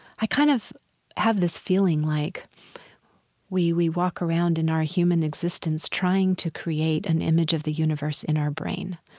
i kind of have this feeling like we we walk around in our human existence trying to create an image of the universe in our brain,